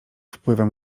wpływem